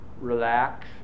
Relax